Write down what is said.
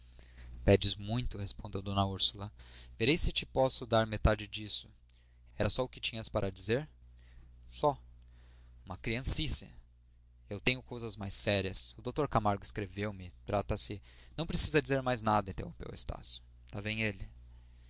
pedes muito respondeu d úrsula verei se te posso dar metade disso era só o que tinhas para dizer só uma criancice eu tenho coisa mais séria o dr camargo escreveu-me trata-se não precisa dizer mais nada interrompeu estácio lá vem ele